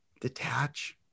detach